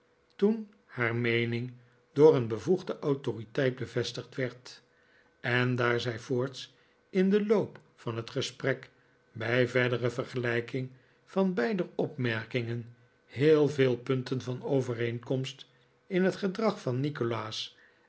toen haar meening door een bevoegde autoriteit bevestigd w erd en daar zij voorts in den loop van het gesprek bij verdere vergelijking van beider opmerkingen heel veel punten van overeenkomst in het gedrag van nikolaas